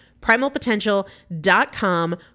Primalpotential.com